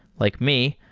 like me,